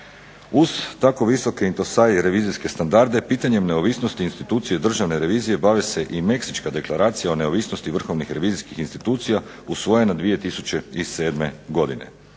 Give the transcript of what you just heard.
Uz tako visoke intosai revizijske standarde pitanje neovisnosti institucije Državne revizije bave se i Meksička deklaracija o neovisnosti vrhovnih revizijskih institucija usvojena 2007. godine.